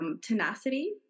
tenacity